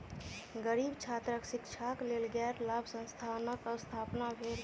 गरीब छात्रक शिक्षाक लेल गैर लाभ संस्थानक स्थापना भेल